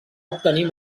obtenir